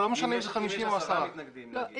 לא משנה אם זה 50 או 10. תומר,